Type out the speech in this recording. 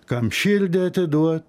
kam širdį atiduot